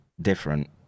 different